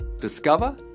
Discover